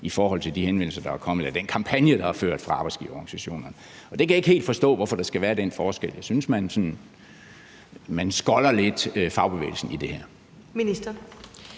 i forhold til de henvendelser, der er kommet, eller den kampagne, der er ført fra arbejdsgiverorganisationernes side, og jeg kan ikke helt forstå, hvorfor der skal være den forskel. Jeg synes, man her sådan skolder fagbevægelsen lidt.